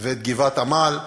ואת גבעת-עמל.